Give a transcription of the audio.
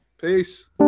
Peace